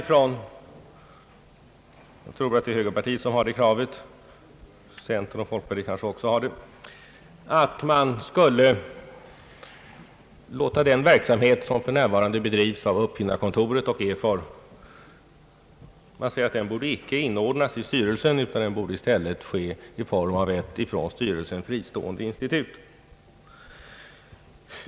Jag tror att det är högerpartiet som ställer krav — centern och folkpartiet kanske också gör det — på att den verksamhet som för närvarande bedrivs av uppfinnarkontoret och INFOR icke inordnas i styrelsen utan i stället sker i ett från styrelsen fristående institut.